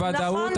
בוודאות,